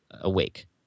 awake